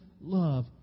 love